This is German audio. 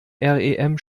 rem